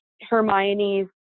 Hermione's